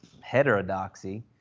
heterodoxy